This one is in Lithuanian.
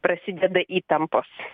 prasideda įtampos